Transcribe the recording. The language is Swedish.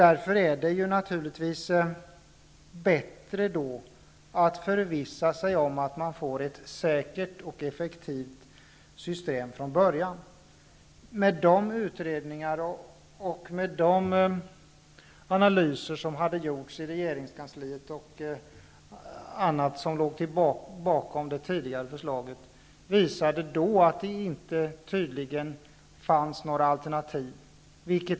Därför är det bättre att förvissa sig om att man får ett säkert och effektivt system från början. De utredningar och analyser som hade gjorts i regeringskansliet och annat som låg bakom det tidigare förslaget visade att det inte fanns några alternativ då.